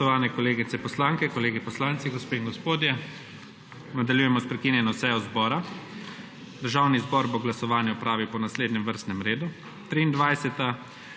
Nadaljujemo s prekinjeno sejo zbora. Državni zbor bo glasovanje opravil po naslednjem vrstnem redu: